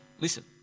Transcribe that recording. Listen